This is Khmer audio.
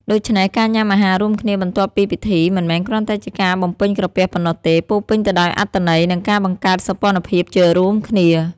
ដូច្នេះ ការញ៉ាំអាហាររួមគ្នាបន្ទាប់ពីពិធី មិនមែនគ្រាន់តែជាការបំពេញក្រពះប៉ុណ្ណោះទេ ពោរពេញទៅដោយអត្ថន័យ និងការបង្កើតសម្ព័ន្ធភាពជារួមគ្នា។